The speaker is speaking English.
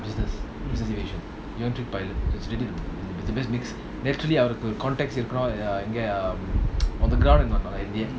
business his motivation you won't trick pilot he's ready to the best mix naturally I'll contact and get um on the ground and in the air